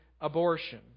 abortion